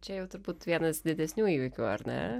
čia jau turbūt vienas didesnių įvykių ar ne